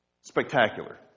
spectacular